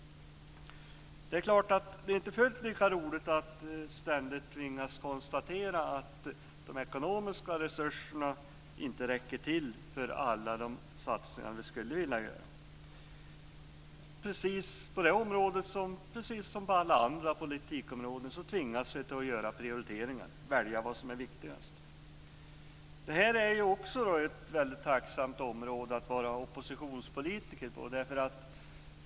Det är inte fullt lika roligt att ständigt tvingas konstatera att de ekonomiska resurserna inte räcker till för alla de satsningar vi skulle vilja göra. På det området precis som på alla andra politikområden tvingas vi att göra prioriteringar, alltså välja det som är viktigast. Det är också mycket tacksamt att vara oppositionspolitiker på detta område.